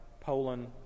Poland